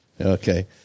Okay